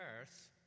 earth